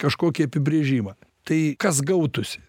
kažkokį apibrėžimą tai kas gautųsi